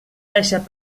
deixat